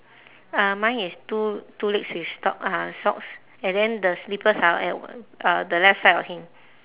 uh mine is two two legs with sock uh socks and then the slippers are at uh the left side of him